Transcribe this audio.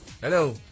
Hello